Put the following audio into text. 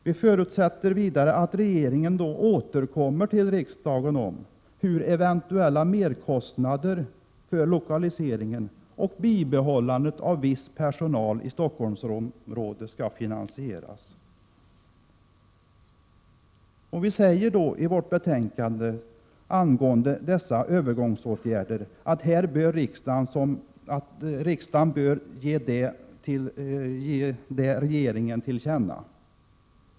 Vi förutsätter vidare att regeringen återkommer till riksdagen om hur eventuella merkostnader för lokaliseringen vid bibehållandet av viss personal i Stockholmsområdet skall finansieras. Vad som sägs i betänkandet om vissa övergångsåtgärder bör riksdagen som sin mening ge regeringen till känna.